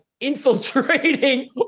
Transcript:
infiltrating